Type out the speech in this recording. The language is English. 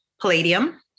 Palladium